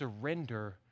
surrender